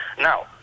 Now